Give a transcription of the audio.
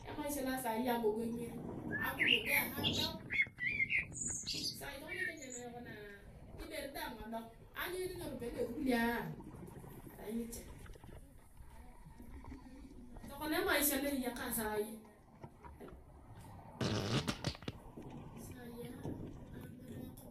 Emaisha loa saii agogenger, akumujua adok. Sai tokona kenya nayok naa ibore daang adok anyun iyong tani ngarupuyae na esukulua avai ngichare. Tokona emaisha loa eyakar saii, saia aruner akop